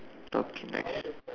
talking nice